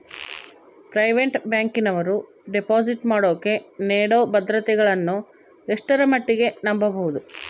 Private ಬ್ಯಾಂಕಿನವರು deposit ಮಾಡೋಕೆ ನೇಡೋ ಭದ್ರತೆಗಳನ್ನು ಎಷ್ಟರ ಮಟ್ಟಿಗೆ ನಂಬಬಹುದು?